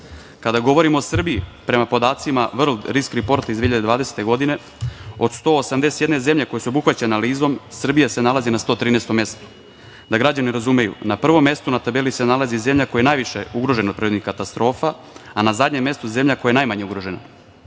govorimo o Srbiji, prema podacima „World Risk Riport“ iz 2020. godine, od 181 zemlje koje su obuhvaćene analizom, Srbija se nalazi na 113 mestu. Da građani razumeju, na prvom mestu na tabeli se nalazi zemlja koja je najviše ugrožena od prirodnih katastrofa, a na zadnjem mestu zemlja koja je najmanje ugrožena. Ono